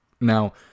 Now